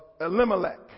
Elimelech